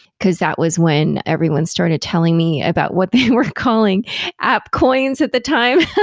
because that was when everyone started telling me about what they were calling app coins at the time,